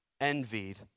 envied